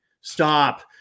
stop